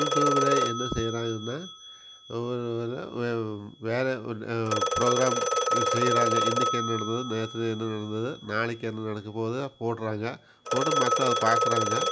யூடியூபில் என்ன செய்கிறாங்கனா வேறே ப்ரொக்ராம் செய்கிறாங்க இன்றைக்கி என்ன நடந்தது நேற்று என்ன நடந்தது நாளைக்கு என்ன நடக்கப் போகுது போடுறாங்க போட்டு மக்கள் அதை பார்க்குறாங்க